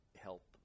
help